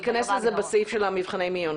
ניכנס לזה בסעיף של מבחני המיון,